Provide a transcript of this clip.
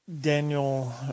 Daniel